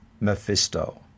Mephisto